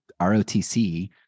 ROTC